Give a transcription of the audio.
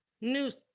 news